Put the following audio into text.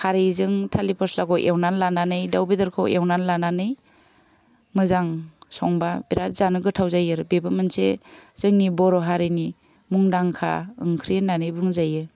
खारैजों थालिर फस्लाखौ एवना लानानै दाउ बेदरखौ एवनानै लानानै मोजां संबा बिरात जानो गोथाव जायो आरो बेबो मोनसे जोंनि बर' हारिनि मुंदांखा ओंख्रि होननानै बुंजायो